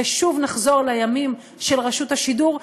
ושוב נחזור לימים של רשות השידור,